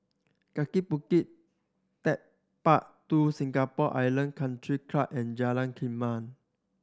Kaki Bukit Techpark Two Singapore Island Country Club and Jalan Kumia